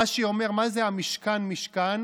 רש"י אומר: מה זה 'המשכן משכן'?